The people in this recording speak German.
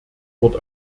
wort